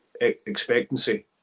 expectancy